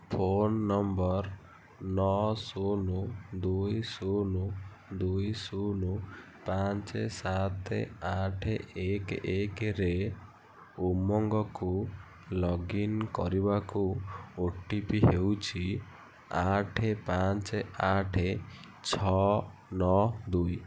phone number ନଅ ଶୂନ ଦୁଇ ଶୂନ ଦୁଇ ଶୂନ ପାଞ୍ଚ ସାତ ଆଠ ଏକ୍ ଏକରେ ଉମଙ୍ଗକୁ ଲଗ୍ ଇନ କରିବାକୁ ଓ ଟି ପି ହେଉଛି ଆଠ ପାଞ୍ଚ ଆଠ ଛଅ ନଅ ଦୁଇ